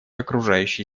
окружающей